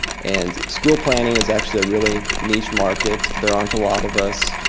and school planning is actually a really niche market, there aren't a lot of us.